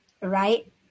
right